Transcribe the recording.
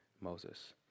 Moses